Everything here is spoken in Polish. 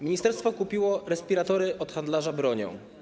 Ministerstwo kupiło respiratory od handlarza bronią.